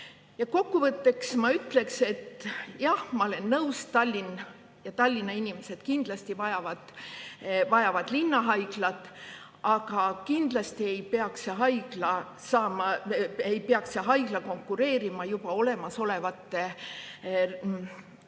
Kokkuvõtteks ma ütlen, et jah, ma olen nõus, et Tallinn ja Tallinna inimesed vajavad linnahaiglat, aga kindlasti ei peaks see haigla konkureerima juba olemasolevate